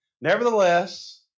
Nevertheless